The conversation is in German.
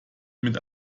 mit